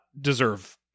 deserve